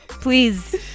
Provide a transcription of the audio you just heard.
Please